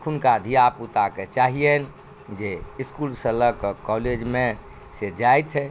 अखुनका धियापुताके चाहियनि जे इसकुलसँ लऽ कऽ कॉलेजमे से जाइथ तऽ